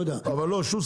לא יודע -- אבל לא שוסטר,